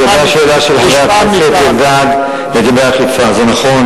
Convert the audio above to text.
לגבי השאלה של חבר הכנסת אלדד על האכיפה, זה נכון.